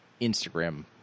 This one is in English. Instagram